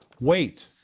Wait